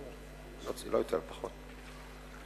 אני לא רוצה להזכיר את שמם,